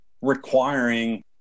requiring